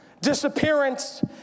disappearance